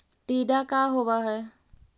टीडा का होव हैं?